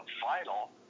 vital